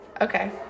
Okay